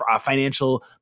financial